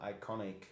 iconic